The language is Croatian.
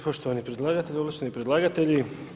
Poštovani predlagatelju, uvaženi predlagatelji.